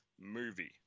movie